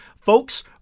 folks